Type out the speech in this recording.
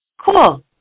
cool